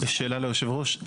שאלה ליושב-ראש.